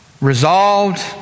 resolved